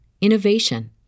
innovation